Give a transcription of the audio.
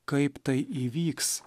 kaip tai įvyks